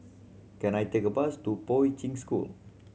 can I take a bus to Poi Ching School